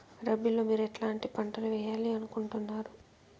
రబిలో మీరు ఎట్లాంటి పంటలు వేయాలి అనుకుంటున్నారు?